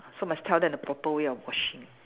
so must tell them the proper way of washing